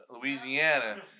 Louisiana